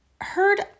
heard